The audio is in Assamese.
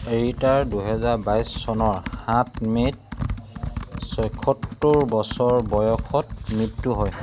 এৰিটাৰ দুহেজাৰ বাইছ চনৰ সাত মে'ত ছয়সত্তৰ বছৰ বয়সত মৃত্যু হয়